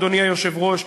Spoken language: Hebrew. אדוני היושב-ראש,